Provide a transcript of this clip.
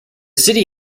city